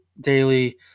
daily